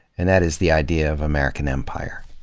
and that is the idea of american empire.